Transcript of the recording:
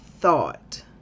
thought